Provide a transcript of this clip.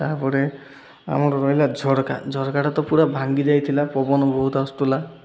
ତା'ପରେ ଆମର ରହିଲା ଝରକା ଝରକାଟା ତ ପୁରା ଭାଙ୍ଗି ଯାଇଥିଲା ପବନ ବହୁତ ଆସୁଥିଲା